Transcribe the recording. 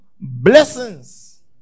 blessings